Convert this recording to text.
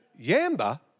Yamba